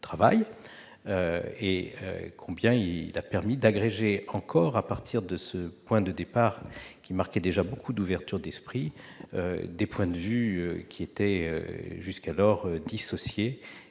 travail, et combien il a permis d'agréger encore, à partir de ce point de départ déjà marqué par beaucoup d'ouverture d'esprit, des points de vue jusqu'alors dissociés